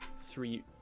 three